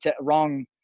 wrong